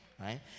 right